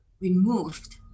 removed